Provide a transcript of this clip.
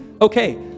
Okay